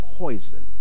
poison